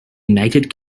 united